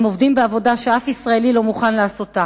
הם עובדים בעבודה שאף ישראלי לא מוכן לעשותה,